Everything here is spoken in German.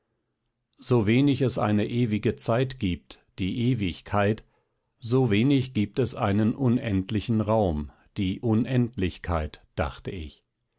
so wenig es eine ewige zeit gibt die ewigkeit so wenig gibt es einen unendlichen raum die unendlichkeit dachte ich